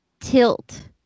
tilt